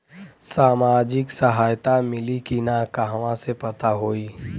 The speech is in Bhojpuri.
सामाजिक सहायता मिली कि ना कहवा से पता होयी?